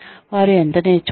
వారు ఎంత నేర్చుకున్నారు